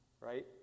Right